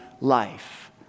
life